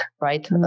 right